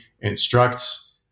instructs